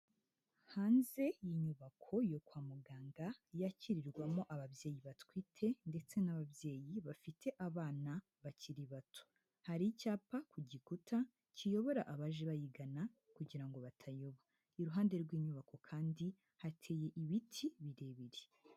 Hanze y'inyubako yo kwa muganga, yakirirwamo ababyeyi batwite ndetse n'ababyeyi bafite abana bakiri bato. Hari icyapa ku gikuta, kiyobora abaje bayigana kugira ngo batayoba. Iruhande rw'inyubako kandi, hateye ibiti birebire.